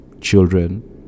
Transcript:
children